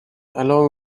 along